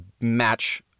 match